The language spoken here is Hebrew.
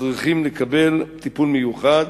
שצריכים לקבל טיפול מיוחד.